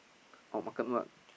oh makan what